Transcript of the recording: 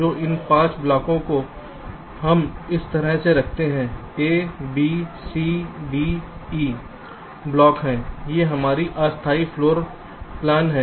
तो इन 5 ब्लॉकों को हम इस तरह से रखते हैं a b c d e block हैं ये हमारी अस्थायी फ्लोर प्लान हैं